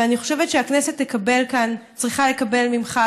ואני חושבת שהכנסת תקבל כאן היא צריכה לקבל ממך,